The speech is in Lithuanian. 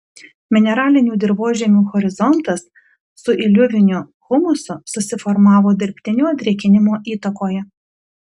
mineralinių dirvožemių horizontas su iliuviniu humusu susiformavo dirbtinio drėkinimo įtakoje